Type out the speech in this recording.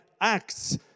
Acts